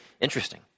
interesting